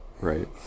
Right